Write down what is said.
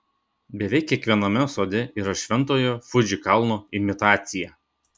beveik kiekviename sode yra šventojo fuji kalno imitacija